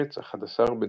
הארץ, 11 בדצמבר